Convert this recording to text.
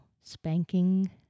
spanking